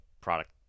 product